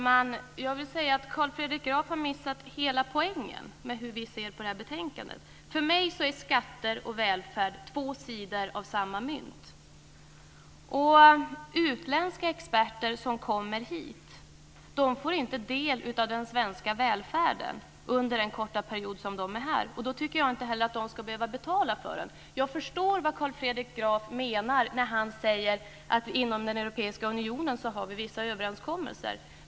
Herr talman! Carl Fredrik Graf har missat hela poängen med hur vi ser på det här betänkandet. För mig är skatter och välfärd två sidor av samma mynt. Utländska experter som kommer hit får inte del av den svenska välfärden under den korta period som de är här. Då tycker jag inte heller att de ska behöva betala för den. Jag förstår vad Carl Fredrik Graf menar när han säger att vi har vissa överenskommelser inom Europeiska unionen.